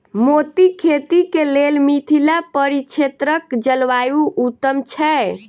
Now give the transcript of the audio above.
मोतीक खेती केँ लेल मिथिला परिक्षेत्रक जलवायु उत्तम छै?